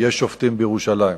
"יש שופטים בירושלים".